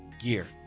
gear